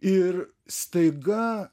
ir staiga